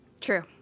True